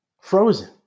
frozen